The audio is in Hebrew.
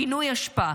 פינוי אשפה,